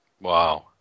Wow